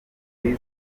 kiswe